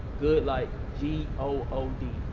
good like, g o o d.